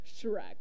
Shrek